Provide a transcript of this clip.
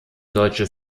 deutsche